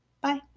Bye